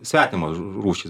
svetimos rūšys